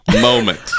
moment